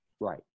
Right